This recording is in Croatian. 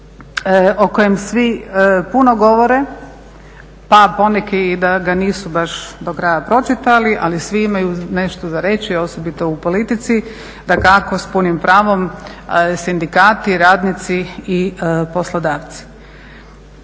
o kojem svi puno govore pa poneki da ga nisu baš do kraja pročitali, ali svi imaju nešto za reći osobito u politici, dakako s punim pravom sindikati, radnici i poslodavci.